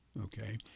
Okay